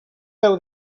déu